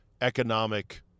economic